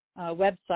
website